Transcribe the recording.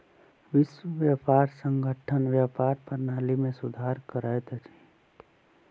विश्व व्यापार संगठन व्यापार प्रणाली में सुधार करैत अछि